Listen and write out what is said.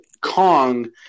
Kong